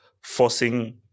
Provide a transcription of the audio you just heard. forcing